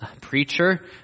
preacher